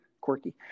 Quirky